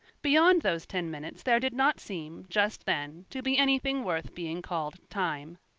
beyond those ten minutes there did not seem, just then, to be anything worth being called time.